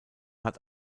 hat